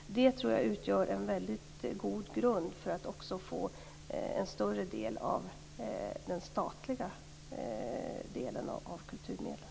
Det utgör en god grund för att få del av de statliga kulturmedlen.